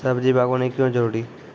सब्जी बागवानी क्यो जरूरी?